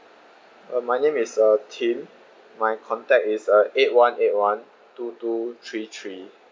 uh my name is uh tim my contact is uh eight one eight one two two three three